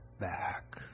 back